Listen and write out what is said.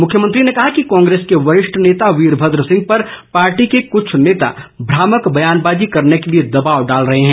मुख्यमंत्री ने कहा कि कांग्रेस के वरिष्ठ नेता वीरभद्र सिंह पर पार्टी के कुछ नेता भ्रामक बयानबाजी करने के लिए दबाव डाल रहे हैं